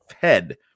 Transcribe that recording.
head